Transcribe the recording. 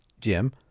Jim